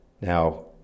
Now